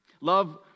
Love